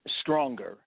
stronger